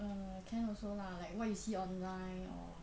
err can also lah like what you see online or